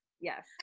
Yes